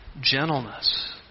Gentleness